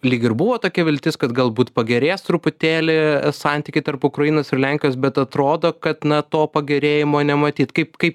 lyg ir buvo tokia viltis kad galbūt pagerės truputėlį santykiai tarp ukrainos ir lenkijos bet atrodo kad na to pagerėjimo nematyt kaip kaip